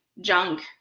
junk